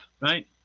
right